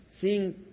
Seeing